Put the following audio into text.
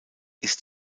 ist